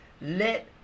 let